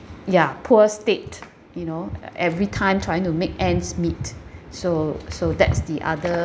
ya poor state you know uh every time trying to make ends meet so so that's the other